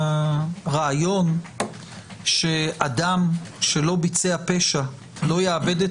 הרעיון שאדם שלא ביצע פשע לא יאבד את